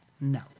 No